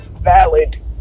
valid